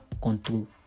control